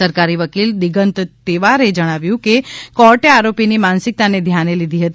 સરકારી વકીલ દિગંત તેવારે જણાવ્યું છે કે કોર્ટે આરોપીની માનસિકતાને ધ્યાને લીધી હતી